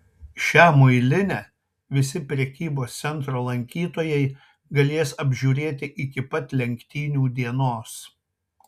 šią muilinę visi prekybos centro lankytojai galės apžiūrėti iki pat lenktynių dienos